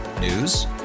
News